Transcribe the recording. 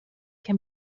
can